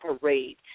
parade